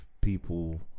people